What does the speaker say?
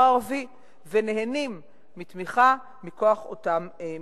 הערבי ונהנים מתמיכה מכוח אותם מבחנים.